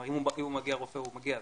אם הוא מגיע רופא הוא מגיע,